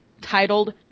Titled